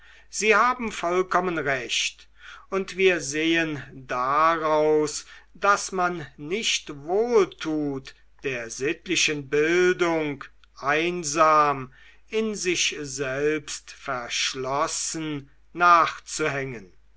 sie haben vollkommen recht und wir sehen daraus daß man nicht wohl tut der sittlichen bildung einsam in sich selbst verschlossen nachzuhängen